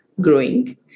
growing